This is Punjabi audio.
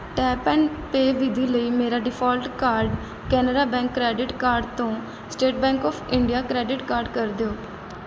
ਟੈਪ ਐਂਡ ਪੇ ਵਿਧੀ ਲਈ ਮੇਰਾ default card Canara bank credit card ਤੋਂ State Bank of India credit card ਕਰ ਦਿਉ